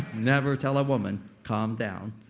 never tell a woman, calm down.